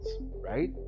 right